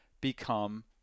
become